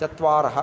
चत्वारः